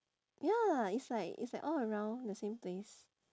ya it's like it's like all around the same place